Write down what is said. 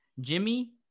Jimmy